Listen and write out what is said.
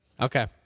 Okay